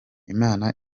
imana